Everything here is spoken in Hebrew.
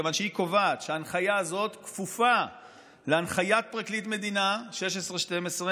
מכיוון שהיא קובעת שההנחיה הזאת כפופה להנחיית פרקליט מדינה 1612,